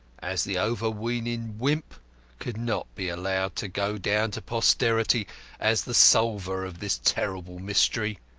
as the overweening wimp could not be allowed to go down to posterity as the solver of this terrible mystery,